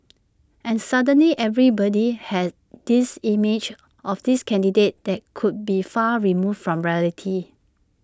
and suddenly everybody has this image of this candidate that could be far removed from reality